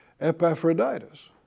Epaphroditus